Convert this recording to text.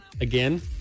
again